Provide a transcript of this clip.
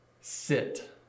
sit